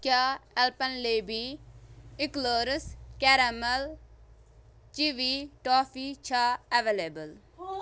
کیٛاہ Alpenliebe eclairs caramel چِوی toffee چھا ایٚویلیبُل